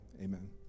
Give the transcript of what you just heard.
amen